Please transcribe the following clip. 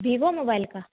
Vivo mobile का